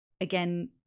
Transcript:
again